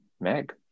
Meg